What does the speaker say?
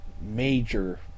major